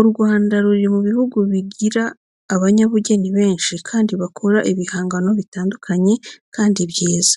U Rwanda ruri mu bihugu bigira abanyabugeni benshi kandi bakora ibihangano bitandukanye kandi byiza,